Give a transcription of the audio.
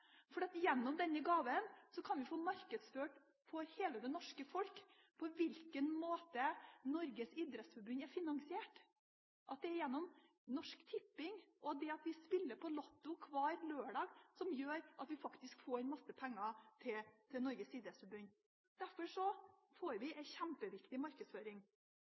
gjennom denne gaven kan vi få markedsført for hele det norske folk på hvilken måte Norges idrettsforbund er finansiert. Det er gjennom Norsk Tipping og det at vi spiller på Lotto hver lørdag som gjør at vi faktisk får inn masse penger til Norges idrettsforbund. Derfor får vi en kjempeviktig markedsføring.